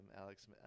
Alex